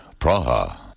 Praha